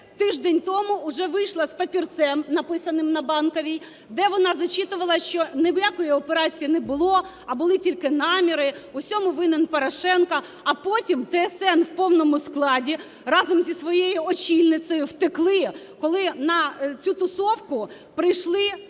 тиждень тому вже вийшла з папірцем, написаним на Банковій, де вона зачитувала, що ніякої операції не було, а були тільки наміри, в усьому винен Порошенко. А потім "ТСН" у повному складі разом зі своєю очільницею втекли, коли на цю тусовку прийшли